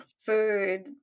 food